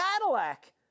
Cadillac